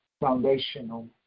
foundational